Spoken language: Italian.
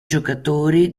giocatori